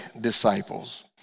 disciples